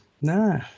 no